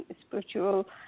spiritual